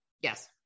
Yes